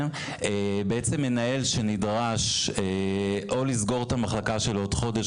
בעצם מנהל שנדרש או לסגור את המחלקה שלו בעוד חודש,